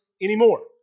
anymore